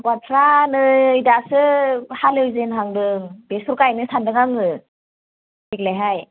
आबादफ्रा नै दासो हालेवजेनहांदों बेसर गायनो सान्दों आङो देग्लायहाय